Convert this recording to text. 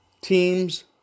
teams